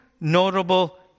notable